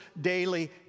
daily